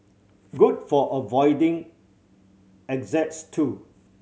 good for avoiding exes too